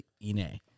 Ine